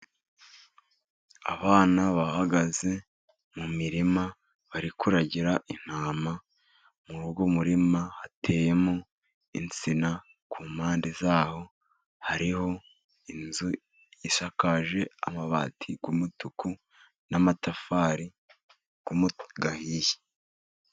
Abana bahagaze mu mirima bari kuragira intama. Muri uwo murima hateyemo insina, ku mpande zaho hariho inzu isakaje amabati y'umutuku n'amatafari ahiye.